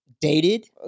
Dated